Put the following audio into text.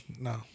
no